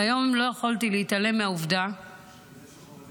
והיום לא יכולתי להתעלם מהעובדה שמשפחות